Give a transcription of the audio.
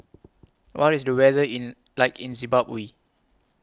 What IS The weather in like in Zimbabwe